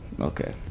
Okay